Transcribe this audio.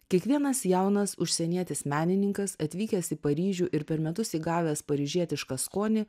kiekvienas jaunas užsienietis menininkas atvykęs į paryžių ir per metus įgavęs paryžietišką skonį